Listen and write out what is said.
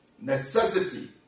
Necessity